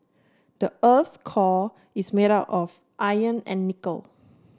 the earth's core is made of iron and nickel